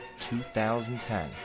2010